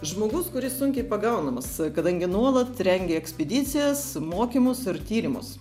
žmogus kuris sunkiai pagaunamas kadangi nuolat rengia ekspedicijas mokymus ir tyrimus